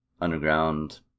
underground